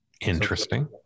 Interesting